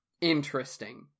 interesting